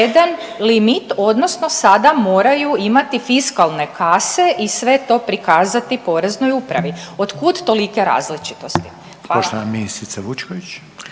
limit odnosno sada moraju imati fiskalne kase i sve to prikazati Poreznoj upravi. Otkud tolike različitosti? Hvala. **Reiner, Željko